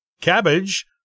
cabbage